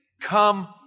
come